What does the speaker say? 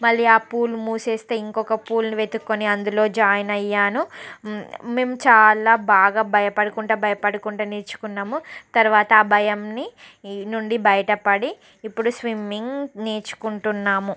మళ్ళీ ఆ పూల్ మూసేస్తే ఇంకొక పూల్ వెతుకుని అందులో జాయిన్ అయ్యాను మేము చాలా బాగా భయపడుకుంటు భయపడుకుంటు నేర్చుకున్నాము తర్వాత ఆ భయం నుండి బయటపడి ఇప్పుడు స్విమ్మింగ్ నేర్చుకుంటున్నాము